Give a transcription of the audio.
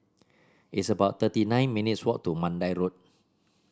it's about thirty nine minutes' walk to Mandai Road